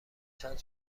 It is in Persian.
چند